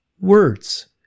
words